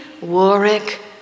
Warwick